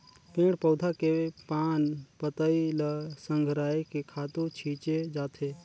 पेड़ पउधा के पान पतई ल संघरायके खातू छिछे जाथे